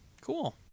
cool